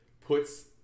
puts